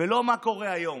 לא מה קורה היום.